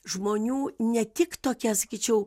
žmonių ne tik tokią sakyčiau